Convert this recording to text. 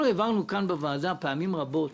אנחנו העברנו כאן בוועדה פעמים רבות